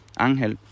Angel